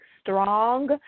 strong